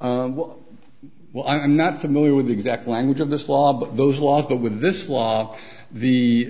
well i'm not familiar with the exact language of this law but those laws but with this law the